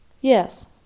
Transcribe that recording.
Yes